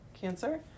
cancer